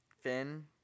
Finn